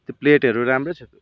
त्यो प्लेटहरू राम्रै छ